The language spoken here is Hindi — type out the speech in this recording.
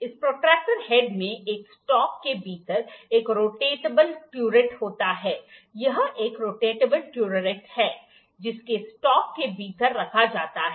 इस प्रोट्रैक्टर हेड में एक स्टॉक के भीतर एक रोटेटेबल टुररेट होता है यह एक रोटेटेबल टुररेट है जिसे स्टॉक के भीतर रखा जाता है